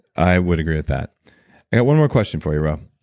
i would agree with that. i got one more question for you, ro.